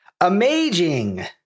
Amazing